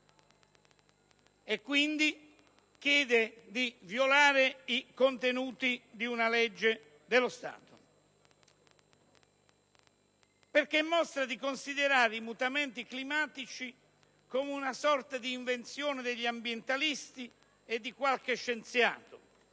Quindi, chiede di violare i contenuti di una legge dello Stato, perché mostra di considerare i mutamenti climatici come una sorta di invenzione degli ambientalisti e di qualche scienziato,